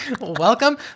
welcome